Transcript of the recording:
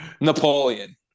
Napoleon